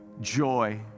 joy